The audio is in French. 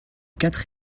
quatre